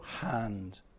hand